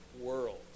world